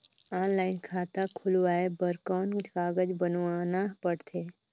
Online खाता खुलवाय बर कौन कागज बनवाना पड़थे?